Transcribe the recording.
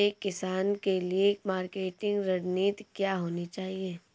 एक किसान के लिए मार्केटिंग रणनीति क्या होनी चाहिए?